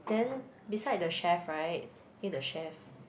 then beside the chef right near the chef